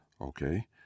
Okay